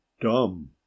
dumb